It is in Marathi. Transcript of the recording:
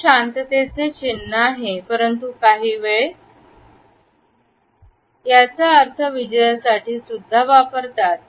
हे शांततेचे चिन्ह आहे परंतु काही वेळ आलो याचा अर्थ विजयासाठी सुद्धा वापरतात